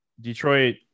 Detroit